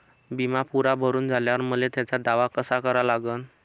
बिमा पुरा भरून झाल्यावर मले त्याचा दावा कसा करा लागन?